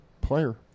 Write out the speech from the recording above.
Player